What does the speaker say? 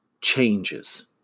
changes